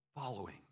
following